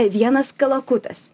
vienas kalakutas